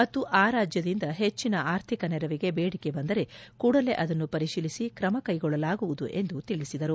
ಮತ್ತು ಆ ರಾಜ್ಯದಿಂದ ಹೆಚ್ಚಿನ ಆರ್ಥಿಕ ನೆರವಿಗೆ ಬೇಡಿಕೆ ಬಂದರೆ ಕೂಡಲೇ ಅದನ್ನು ಪರಿಶೀಲಿಸಿ ಕ್ರಮ ಕೈಗೊಳ್ಳಲಾಗುವುದು ಎಂದು ತಿಳಿಸಿದರು